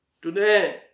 Today